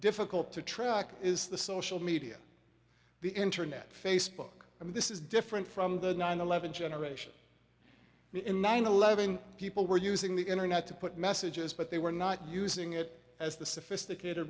difficult to track is the social media the internet facebook i mean this is different from the nine eleven generation in nine eleven people were using the internet to put messages but they were not using it as the sophisticated